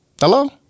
Hello